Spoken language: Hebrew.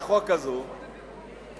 החוק הזאת,